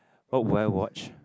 oh where I watch